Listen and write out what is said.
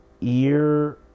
ear